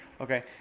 Okay